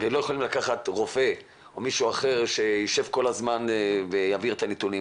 ולא יכולים לקחת רופא או מישהו אחר שיישב כל הזמן ויעביר את הנתונים,